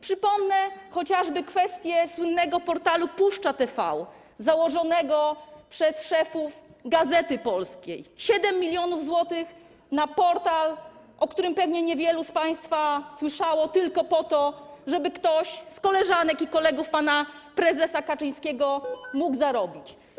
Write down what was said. Przypomnę chociażby kwestię słynnego portalu Puszcza.tv, założonego przez szefów „Gazety Polskiej” - 7 mln zł na portal, o którym pewnie niewielu z państwa słyszało - tylko po to żeby ktoś z koleżanek i kolegów pana prezesa Kaczyńskiego mógł zarobić.